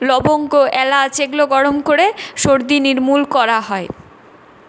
লবঙ্গ এলাচ এগুলো গরম করে সর্দি নির্মূল করা হয়